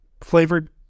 flavored